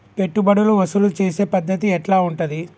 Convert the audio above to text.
పెట్టుబడులు వసూలు చేసే పద్ధతి ఎట్లా ఉంటది?